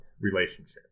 relationship